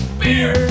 beer